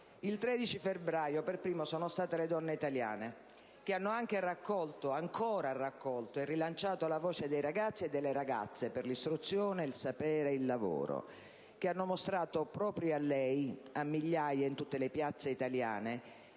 Il 13 febbraio scorso per prime sono state le donne italiane, che hanno ancora raccolto e rilanciato la voce dei ragazzi e delle ragazze per l'istruzione, il sapere e il lavoro, che hanno mostrato proprio a lei, a migliaia in tutte le piazze italiane,